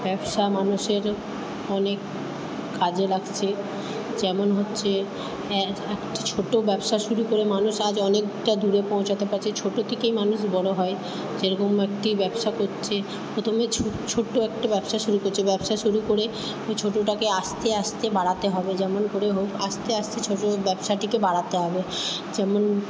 ব্যবসা মানুষের অনেক কাজে লাগছে যেমন হচ্ছে একটা ছোটো ব্যবসা শুরু করে মানুষ আজ অনেকটা দূরে পৌঁছাতে পারছে ছোটো থেকেই মানুষ বড়ো হয় যেরকম একটি ব্যবসা করছে প্রথমে ছো ছোট্ট একটা ব্যবসা শুরু করছে ব্যবসা শুরু করে ছোটোটাকে আস্তে আস্তে বাড়াতে হবে যেমন করে হোক আস্তে আস্তে ছোটো ব্যবসাটিকে বাড়াতে হবে যেমন